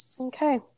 Okay